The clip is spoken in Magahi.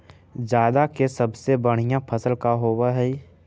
जादा के सबसे बढ़िया फसल का होवे हई?